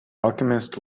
alchemist